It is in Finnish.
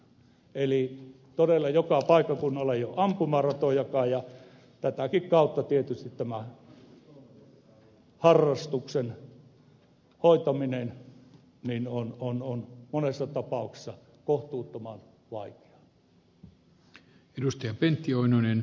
eli todella joka paikkakunnalla ei ole ampumaratojakaan joten tätäkin kautta tietysti ammunnan harrastaminen on monessa tapauksessa kohtuuttoman vaikeaa